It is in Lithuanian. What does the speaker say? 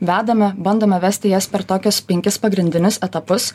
vedame bandome vesti jas per tokius penkis pagrindinius etapus